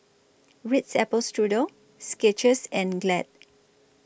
Ritz Apple Strudel Skechers and Glad